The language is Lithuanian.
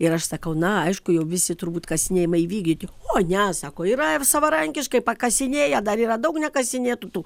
ir aš sakau na aišku jau visi turbūt kasinėjimai įvykdyti oi ne sako yra ir savarankiškai pakasinėja dar yra daug nekasinėtų tų